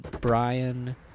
Brian